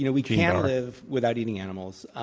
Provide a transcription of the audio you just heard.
you know we can live without eating animals.